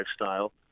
lifestyle